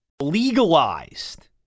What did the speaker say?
legalized